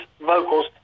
vocals